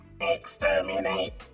Exterminate